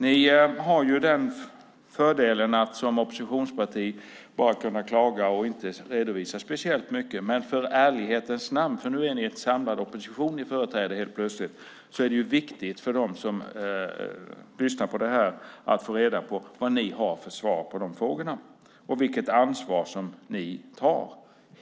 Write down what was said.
Ni har ju den fördelen att som oppositionsparti bara kunna klaga och inte redovisa speciellt mycket, men när ni nu helt plötsligt företräder en samlad opposition är det viktigt för dem som lyssnar på det här att få reda på vad ni har för svar på de frågorna och vilket ansvar ni tar.